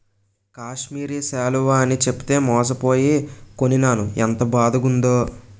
కాశ్మీరి శాలువ అని చెప్పితే మోసపోయి కొనీనాను ఎంత బాదగుందో